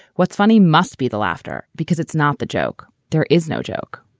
what's funny must be the laughter because it's not the joke. there is no joke.